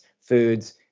foods